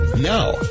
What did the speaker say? Now